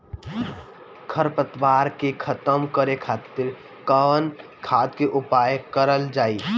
खर पतवार के खतम करे खातिर कवन खाद के उपयोग करल जाई?